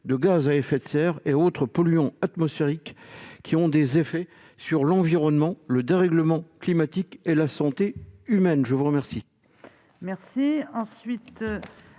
de gaz à effet de serre et autres polluants atmosphériques ayant des effets sur l'environnement, le dérèglement climatique et la santé humaine. La parole